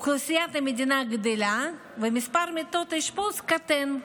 אוכלוסיית המדינה גדלה ומספר מיטות האשפוז קטן.